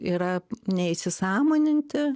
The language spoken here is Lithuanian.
yra neįsisąmoninti